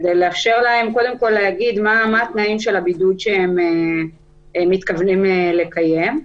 כדי לאפשר להגיד מה התנאים של הבידוד שהם מתכוונים לקיים.